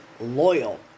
loyal